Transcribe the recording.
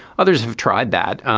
others have tried that.